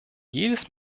jedes